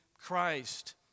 Christ